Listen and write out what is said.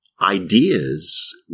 ideas